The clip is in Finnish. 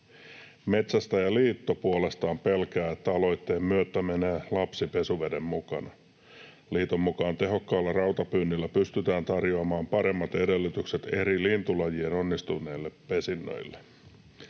Metsästäjäliitto puolestaan pelkää, että aloitteen myötä menee lapsi pesuveden mukana. Liiton mukaan tehokkaalla rautapyynnillä pystytään tarjoamaan paremmat edellytykset eri lintulajien onnistuneille pesinnöille.